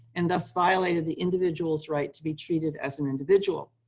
and thus, violated the individual's right to be treated as an individual.